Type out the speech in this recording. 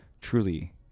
truly